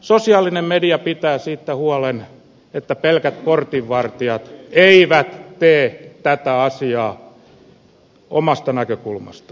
sosiaalinen media pitää siitä huolen että pelkät portinvartijat eivät tee tätä asiaa omasta näkökulmastaan